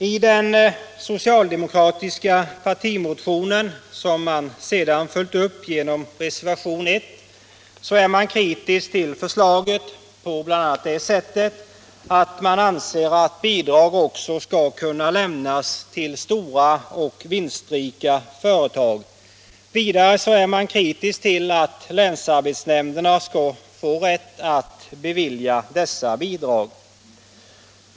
I den socialdemokratiska partimotionen, som man sedan följt upp genom reservationen 1, är man kritisk mot förslaget bl.a. på det sättet att man anser att bidrag kan lämnas också till stora och vinstrika företag. Nr 129 Vidare är man kritisk mot att länsarbetsnämnderna skall få rätt att bevilja dessa bidrag.